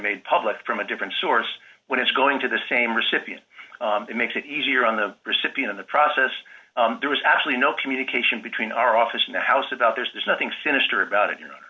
made public from a different source when it's going to the same recipient it makes it easier on the recipient of the process there was actually no communication between our office and the house about there's nothing sinister about it you